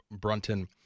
Brunton